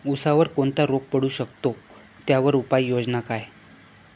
ऊसावर कोणता रोग पडू शकतो, त्यावर उपाययोजना काय?